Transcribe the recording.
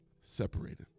separated